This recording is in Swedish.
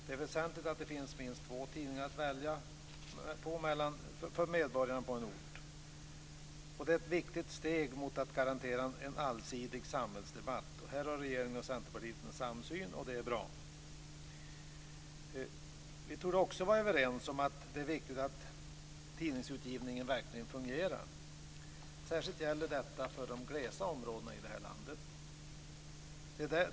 Det är väsentligt att det finns minst två tidningar att välja mellan för medborgarna på en ort. Det är ett viktigt steg mot att garantera en allsidig samhällsdebatt. Där har regeringen och Centerpartiet en samsyn. Det är bra. Vi torde också vara överens om att det är viktigt att tidningsutgivningen verkligen fungerar. Detta gäller särskilt för de glest bebyggda områdena i landet.